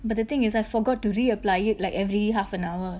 but the thing is I forgot to re-apply it like every half an hour